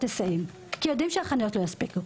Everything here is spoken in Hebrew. היסעים כי יודעים שהחניות לא יספיקו.